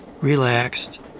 relaxed